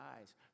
eyes